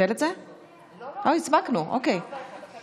תקנות סמכויות מיוחדות להתמודדות עם נגיף הקורונה החדש (הוראת